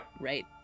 right